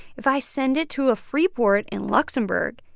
if i send it to a free port in luxembourg,